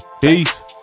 peace